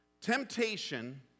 Temptation